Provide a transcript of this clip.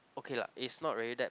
okay lah it's not really that